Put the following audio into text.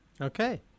Okay